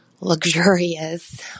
luxurious